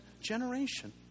generation